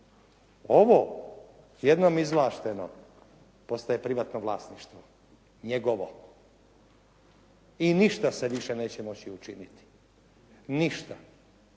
Ovo jednom izvlašteno postaje privatno vlasništvo, njegovo i ništa se više neće moći učiniti. Ništa.